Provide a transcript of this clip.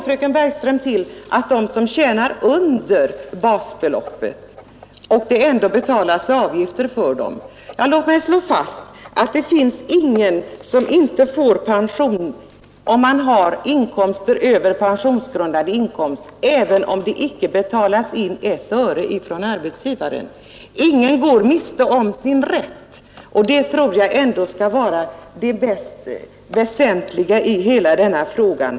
Fröken Bergström anförde att det betalas avgift även för dem som tjänar mindre än basbeloppet. Låt mig slå fast att det inte finns någon som inte får pension om han har inkomster över den pensionsgrundande inkomsten — även om det inte har betalats in ett öre från arbetsgivaren. Ingen går miste om sin rätt, det tror jag ändå är det mest väsentliga i hela den här frågan.